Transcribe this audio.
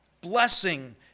blessing